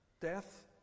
Death